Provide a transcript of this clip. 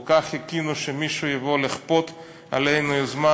כל כך חיכינו שמישהו יבוא לכפות עלינו יוזמה,